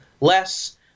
less